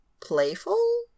playful